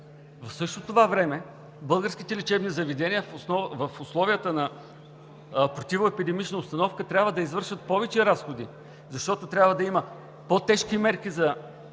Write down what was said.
В същото това време българските лечебни заведения в условията на противоепидемична обстановка трябва да извършват повече разходи, защото трябва да има по-тежки мерки за стерилизация,